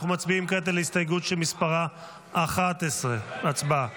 נצביע כעת על הסתייגות שמספרה 10. הצבעה.